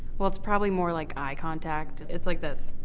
well it's probably more like eye contact. it's like this.